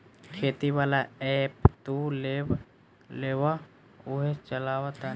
खेती वाला ऐप तू लेबऽ उहे चलावऽ तानी